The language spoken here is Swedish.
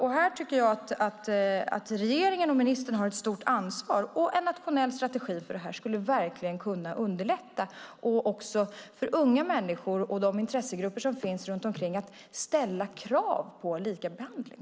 Jag tycker att regeringen och ministern har ett stort ansvar. En nationell strategi för detta skulle verkligen kunna underlätta också för unga människor och de intressegrupper som finns runt omkring att ställa krav på likabehandling.